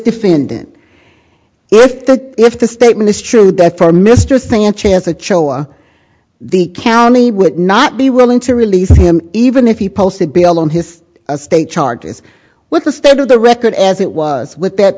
defendant if the if the statement is true that for mr sanchez a choa the county would not be willing to release him even if he posted bail on his state charges with the state of the record as it was with that